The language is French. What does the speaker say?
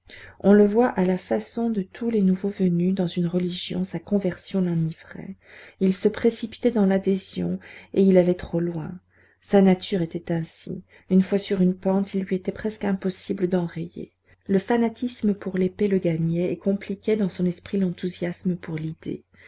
on le voit à la façon de tous les nouveaux venus dans une religion sa conversion l'enivrait il se précipitait dans l'adhésion et il allait trop loin sa nature était ainsi une fois sur une pente il lui était presque impossible d'enrayer le fanatisme pour l'épée le gagnait et compliquait dans son esprit l'enthousiasme pour l'idée